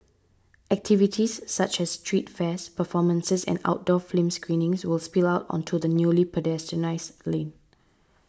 activities such as street fairs performances and outdoor screenings will spill out onto the newly pedestrianised lane